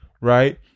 right